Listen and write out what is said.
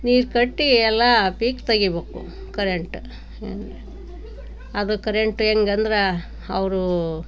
ನೀರು ಕಟ್ಟಿ ಎಲ್ಲ ಪೀಕು ತೆಗಿಬೇಕು ಕರೆಂಟ ಅದು ಕರೆಂಟ್ ಹೇಗಂದ್ರೆ ಅವರು